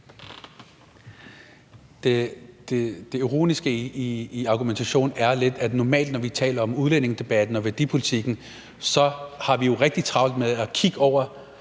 Det ironiske i argumentationen er jo lidt, at vi normalt, når vi taler om udlændingedebatten og værdipolitikken, har rigtig travlt med at kigge over